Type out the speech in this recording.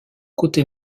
côté